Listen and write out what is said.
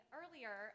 earlier